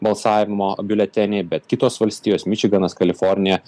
balsavimo biuletenį bet kitos valstijos mičiganas kalifornija